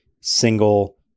single